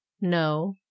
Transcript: no